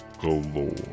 galore